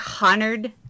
honored